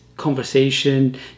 conversation